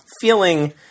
feeling –